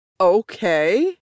Okay